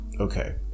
okay